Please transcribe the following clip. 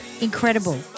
incredible